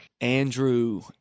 andrew